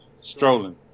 Strolling